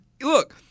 look